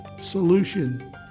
solution